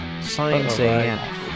Science